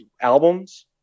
albums